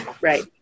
Right